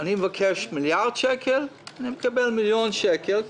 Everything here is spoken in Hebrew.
אני מבקש מיליארד שקל, ומקבל מיליון שקל,